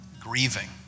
grieving